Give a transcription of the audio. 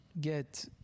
get